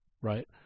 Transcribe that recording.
right